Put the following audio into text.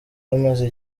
amaze